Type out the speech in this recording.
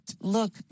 look